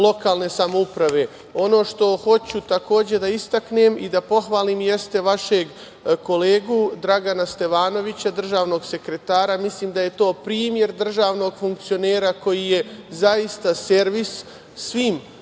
lokalne samouprave. Ono što hoću takođe da istaknem i da pohvalim jeste vašeg kolegu Dragana Stevanovića, državnog sekretara. Mislim da je to primer državnog funkcionera koji je zaista servis svim